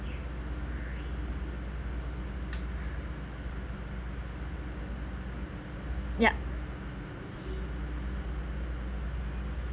yup